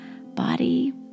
body